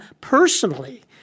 personally